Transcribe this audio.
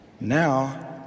now